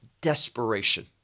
desperation